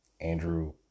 Andrew